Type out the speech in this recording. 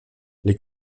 les